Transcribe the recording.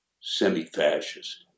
Semi-fascist